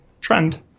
trend